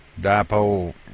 dipole